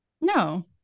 No